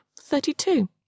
thirty-two